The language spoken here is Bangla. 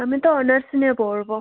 আমি তো অনার্স নিয়ে পড়ব